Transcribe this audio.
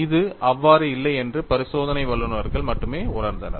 இது அவ்வாறு இல்லை என்று பரிசோதனை வல்லுநர்கள் மட்டுமே உணர்ந்தனர்